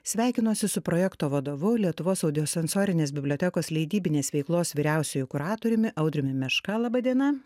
sveikinuosi su projekto vadovu lietuvos audio sensorinės bibliotekos leidybinės veiklos vyriausiuoju kuratoriumi audriumi meška laba diena